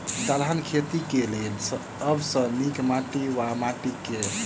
दलहन खेती केँ लेल सब सऽ नीक माटि वा माटि केँ?